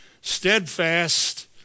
steadfast